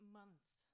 months